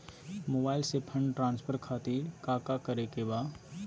Mobile से fund transfer खातिर काका करे के बा?